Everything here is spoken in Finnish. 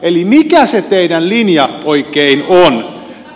eli mikä se teidän linjanne oikein on